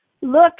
Look